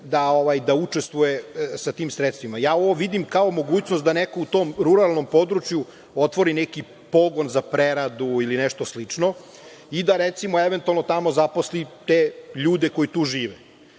da učestvuje sa tim sredstvima. Ja ovo vidim kao mogućnost da neko u tom ruralnom području otvori neki pogon za preradu ili nešto slično i da, recimo, eventualno tamo zaposli te ljude koji tu žive,